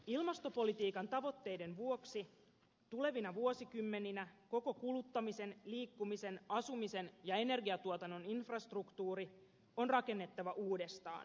ilmastopolitiikan tavoitteiden vuoksi tulevina vuosikymmeninä koko kuluttamisen liikkumisen asumisen ja energiatuotannon infrastruktuuri on rakennettava uudestaan